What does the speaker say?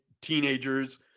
teenagers